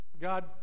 God